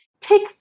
take